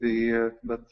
tai bet